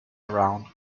around